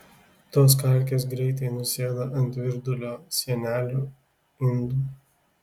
tos kalkės greitai nusėda ant virdulio sienelių indų